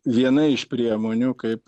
viena iš priemonių kaip